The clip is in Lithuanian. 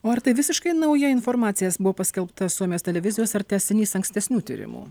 o ar tai visiškai nauja informacija buvo paskelbta suomijos televizijos ar tęsinys ankstesnių tyrimų